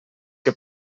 que